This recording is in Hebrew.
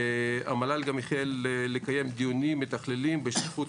המל"ל גם החל לקיים דיונים מתכללים בשותפות